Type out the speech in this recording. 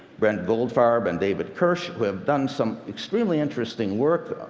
brent goldfarb and david kirsch, who have done some extremely interesting work,